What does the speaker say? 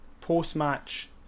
post-match